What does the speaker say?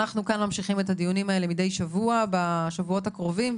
אנחנו כאן ממשיכים את הדיונים האלה מדי שבוע בשבועות הקרובים,